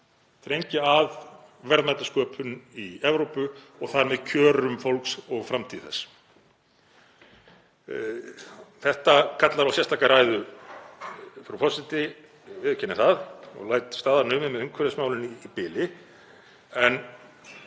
að þrengja að verðmætasköpun í Evrópu og þar með kjörum fólks og framtíð þess. Þetta kallar á sérstaka ræðu, frú forseti, ég viðurkenni það og læt staðar numið með umhverfismálin í bili